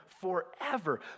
forever